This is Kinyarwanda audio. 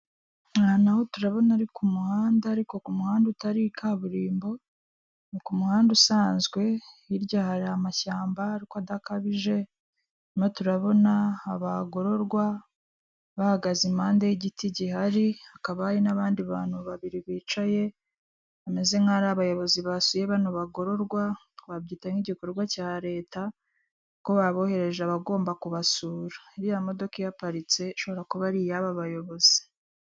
Aha na ho turabona ari ku muhanda ariko ku muhanda utari kaburimbo, ni ku muhanda usanzwe, hirya hari amashyamba ariko adakabije. Turimo turabona abagororwa bahagaze impande y'igiti gihari, hakaba hari n'abandi bantu babiri bicaye bameze nkaho ari abayobozi basuye bano bagororwa twabyita nk'igikorwa cya Leta kuko baboherereje abagomba kubasura. Iriya modoka ihaparitse ishobora kuba ari iy'aba bayobozi.